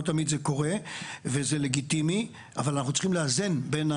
לא תמיד זה קורה וזה לגיטימי אבל אנחנו צריכים לאזן.